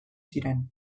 ziren